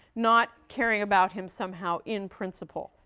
not caring about him somehow in principle,